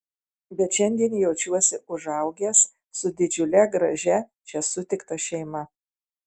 bet šiandien jaučiuosi užaugęs su didžiule gražia čia sutikta šeima